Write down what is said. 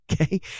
Okay